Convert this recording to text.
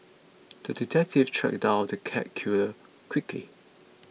the detective tracked down the cat killer quickly